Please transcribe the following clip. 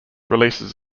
releases